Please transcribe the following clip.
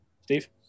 Steve